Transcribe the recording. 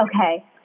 okay